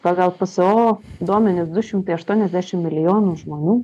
pagal savo duomenis du šimtai aštuoniasdešimt milijonų žmonių